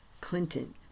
Clinton